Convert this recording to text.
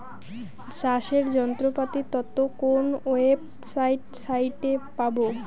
চাষের যন্ত্রপাতির তথ্য কোন ওয়েবসাইট সাইটে পাব?